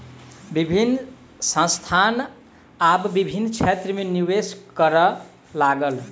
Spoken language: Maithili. विभिन्न संस्थान आब विभिन्न क्षेत्र में निवेश करअ लागल